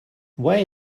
why